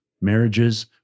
marriages